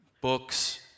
books